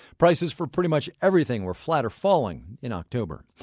prices for pretty much everything were flat or falling in october.